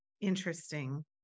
Interesting